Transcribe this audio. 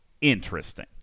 interesting